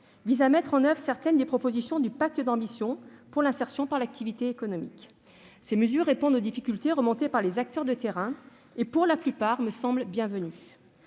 vise à mettre en oeuvre certaines des propositions du pacte d'ambition pour l'insertion par l'activité économique. Ces mesures répondent aux difficultés signalées par les acteurs de terrain ; elles me semblent, pour